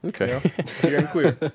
Okay